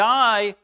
die